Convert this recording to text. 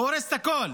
הוא הורס את הכול.